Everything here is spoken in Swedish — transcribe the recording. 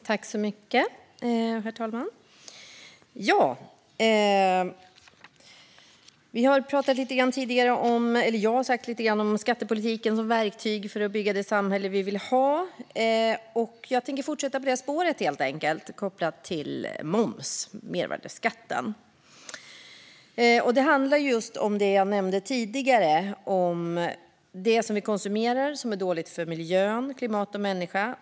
Herr talman! Jag har tidigare talat lite grann om skattepolitiken som verktyg för att bygga det samhälle som vi vill ha. Jag tänkte fortsätta på det spåret kopplat till moms, mervärdesskatt. Det handlar just om det som jag nämnde tidigare, om det som vi konsumerar och som är dåligt för miljön, klimat och människa.